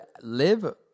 live